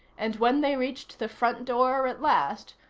and, when they reached the front door at last,